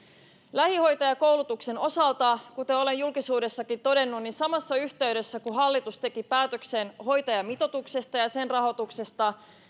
lähihoitajakoulutuksen osalta kuten olen julkisuudessakin todennut samassa yhteydessä kun hallitus teki päätöksen hoitajamitoituksesta ja sen rahoituksesta